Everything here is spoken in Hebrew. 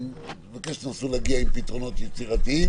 אני מבקש שתנסו להגיע עם פתרונות יצירתיים.